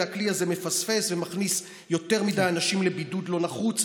הכלי הזה מפספס ומכניס יותר מדי אנשים לבידוד לא נחוץ.